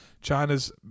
China's